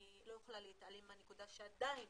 אני לא יכולה להתעלם מהנקודה שעדיין